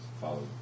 follow